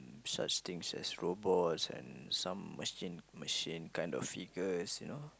mm such things as robots and some machine machine kind of figures you know